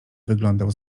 wyglądał